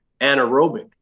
anaerobic